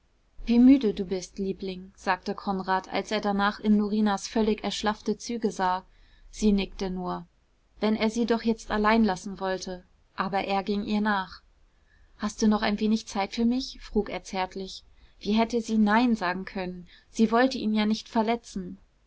wie müde du bist liebling sagte konrad als er danach in norinas völlig erschlaffte züge sah sie nickte nur wenn er sie doch jetzt allein lassen wollte aber er ging ihr nach hast du noch ein wenig zeit für mich frug er zärtlich wie hätte sie nein sagen können sie wollte ihn ja nicht verletzen